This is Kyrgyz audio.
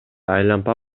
айлампа